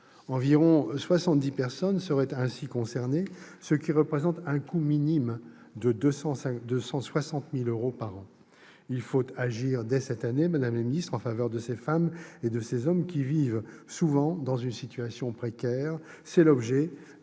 Environ 70 personnes seraient concernées, ce qui représente un coût, minime, de 260 000 euros par an. Il faut agir dès cette année, madame la secrétaire d'État, en faveur de ces femmes et de ces hommes, qui vivent souvent dans une situation précaire. C'est l'objet